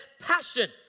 passion